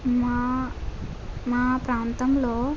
మా మా ప్రాంతంలో